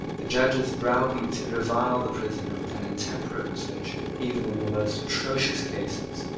the judges browbeat and reviled the prisoner with an intemperance which, even in the most atrocious cases,